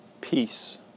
peace